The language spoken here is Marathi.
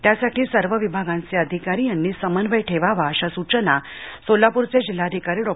त्यासाठी सर्व विभागाचे अधिकारी यांनी समन्वय ठेवावा अशा सूचना सोलापूरचे जिल्हाधिकारी डॉ